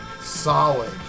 Solid